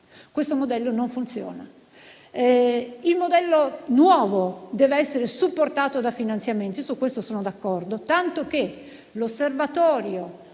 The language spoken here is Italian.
Questo modello non funziona. Il modello nuovo deve essere supportato da finanziamenti. Su questo sono d'accordo, tanto che - come voi